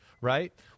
right